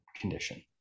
condition